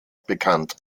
bekannt